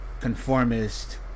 Conformist